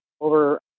over